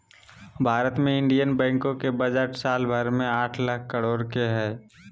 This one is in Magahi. भारत मे इन्डियन बैंको के बजट साल भर मे आठ लाख करोड के हय